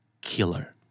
killer